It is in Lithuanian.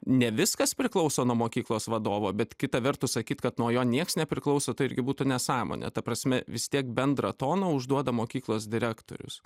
ne viskas priklauso nuo mokyklos vadovo bet kita vertus sakyt kad nuo jo nieks nepriklauso tai irgi būtų nesąmonė ta prasme vis tiek bendrą toną užduoda mokyklos direktorius